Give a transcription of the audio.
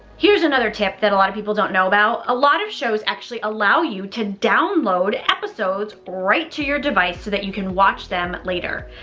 here's another tip that a lot of people don't know about. a lot of shows actually allow you to download episodes right to your device so that you can watch them later.